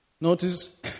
Notice